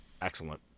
Excellent